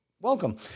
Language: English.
Welcome